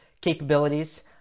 capabilities